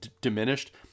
diminished